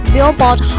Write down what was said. Billboard